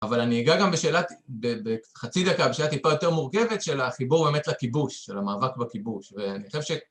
אבל אני אגע גם בשאלה, בחצי דקה, בשאלה טיפה יותר מורכבת של החיבור באמת לכיבוש, של המאבק בכיבוש